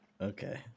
okay